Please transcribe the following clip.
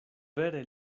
vere